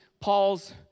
Paul's